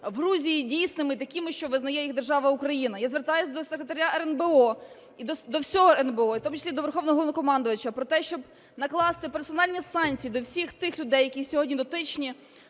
в Грузії дійсними, такими, що визнає їх держава Україна. Я звертаюся до Секретаря РНБО і до всього РНБО, і в тому числі до Верховного Головнокомандувача про те, щоб накласти персональні санкції до всіх тих людей, які сьогодні дотичні